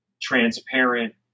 transparent